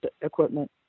equipment